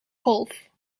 golf